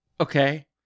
Okay